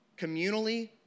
Communally